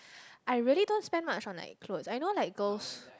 I really don't spend much on like clothes I know like girls